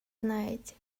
знаете